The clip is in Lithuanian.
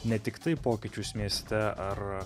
ne tiktai pokyčius mieste ar